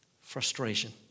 Frustration